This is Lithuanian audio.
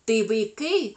tai vaikai